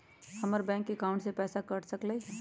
हमर bank account से पैसा कट सकलइ ह?